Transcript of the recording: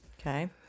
Okay